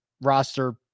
roster